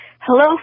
Hello